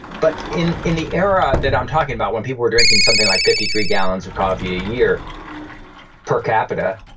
but in in the era that i am talking about, when people were drinking something like fifty three gallons of coffee a year per capita,